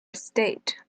estate